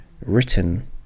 written